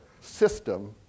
system